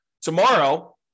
tomorrow